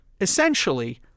essentially